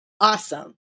awesome